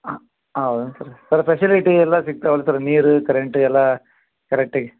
ಹಾಂ ಹೌದೇನು sir sir ಫೆಷಲಿಟಿಯೆಲ್ಲ ಸಿಕ್ತಾವಲ್ಲ ಸರ್ ನೀರು ಕರೆಂಟ್ ಎಲ್ಲ ಕರೆಕ್ಟಗಿ